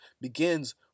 begins